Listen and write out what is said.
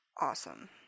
Awesome